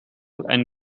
and